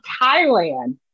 Thailand